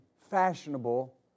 fashionable